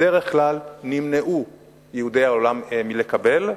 בדרך כלל נמנעו יהודי העולם מלקבל אותן.